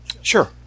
Sure